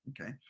okay